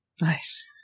Nice